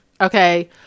okay